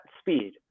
speed